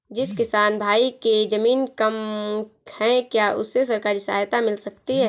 जिस किसान भाई के ज़मीन कम है क्या उसे सरकारी सहायता मिल सकती है?